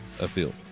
afield